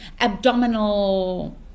abdominal